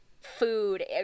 food